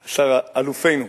אלופינו.